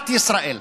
למדינת ישראל.